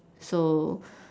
so